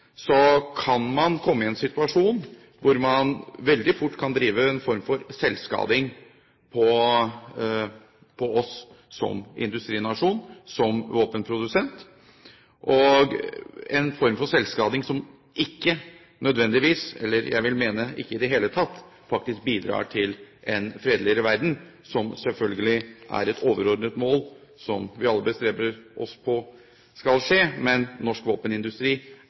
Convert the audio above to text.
man kommet i en situasjon hvor man veldig fort kunne drive en form for selvskading på oss som industrinasjon, som våpenprodusent. Det ville vært selvskading som ikke i det hele tatt ville bidra til en fredeligere verden, som selvfølgelig er et overordnet mål som vi alle bestreber oss på å nå. Men norsk våpenindustri